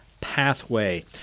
pathway